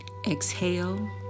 Exhale